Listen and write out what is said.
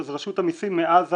רשות המסים מאז